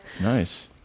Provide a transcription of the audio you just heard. Nice